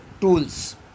tools